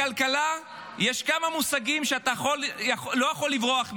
בכלכלה יש כמה מושגים שאתה לא יכול לברוח מהם,